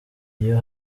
iyo